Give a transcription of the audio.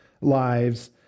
lives